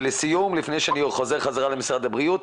לסיום, לפני שאני חוזר למשרד הבריאות.